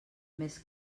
més